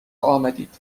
آمدید